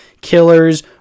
killers